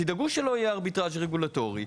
שלא יהיה ארביטראז' רגולטורי,